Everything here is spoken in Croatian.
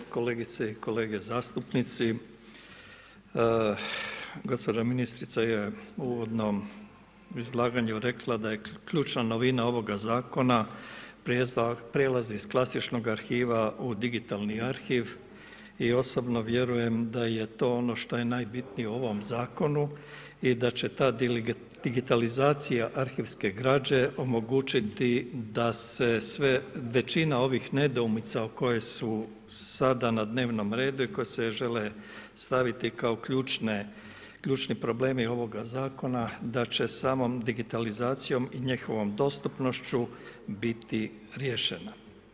Kolegice i kolege zastupnice, gospođa ministrica je u uvodnom izlaganju rekla, da je ključna novina ovoga zakona prijelaz iz klasičnog arhiva u digitalni arhiv i osobno vjerujem da je to ono što je najbitnije u ovom zakonu i da će ta digitalizacija arhivske građe omogući ti da se sve, većina ovih nedoumica, koje su sada na dnevnom redu i koje se žele staviti kao ključni problemi ovog zakona, da će samom digitalizacijom i njihovom dostupnošću biti riješena.